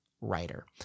writer